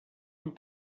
and